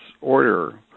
order